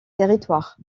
territoires